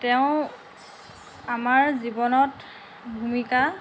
তেওঁৰ আমাৰ জীৱনত ভূমিকা